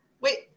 Wait